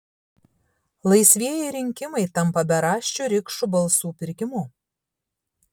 laisvieji rinkimai tampa beraščių rikšų balsų pirkimu